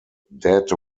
dead